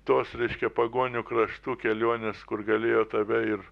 tos reiškia pagonių kraštų kelionės kur galėjo tave ir